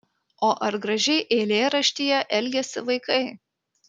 o ar gražiai eilėraštyje elgiasi vaikai